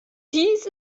dies